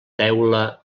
teula